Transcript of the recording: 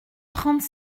trente